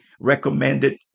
recommended